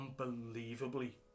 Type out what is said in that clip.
unbelievably